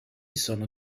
sono